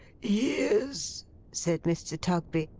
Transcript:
years said mr. tugby,